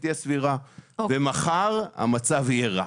סבירה ומחר המצב יהיה רע.